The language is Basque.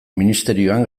ministerioan